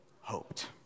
hoped